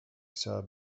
chciała